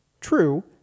true